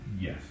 Yes